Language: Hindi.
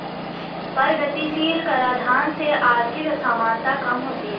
प्रगतिशील कराधान से आर्थिक असमानता कम होती है